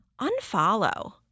unfollow